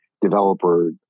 developer